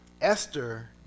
Esther